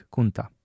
Kunta